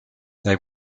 they